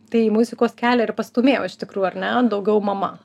tai į muzikos kelią ir pastūmėjo iš tikrųjų ar ne daugiau mama